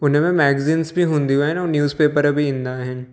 हुनमें मैगज़ींस बि हूंदियूं आहिनि ऐं न्यूसपेपर बि ईंदा आहिनि